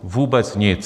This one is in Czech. Vůbec nic.